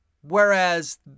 Whereas